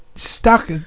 Stuck